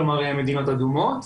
כלומר מדינות אדומות.